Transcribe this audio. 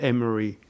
Emory